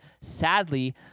Sadly